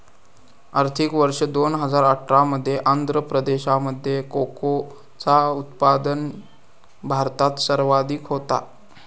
आर्थिक वर्ष दोन हजार अठरा मध्ये आंध्र प्रदेशामध्ये कोकोचा उत्पादन भारतात सर्वाधिक होता